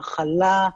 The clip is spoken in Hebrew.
האכלה,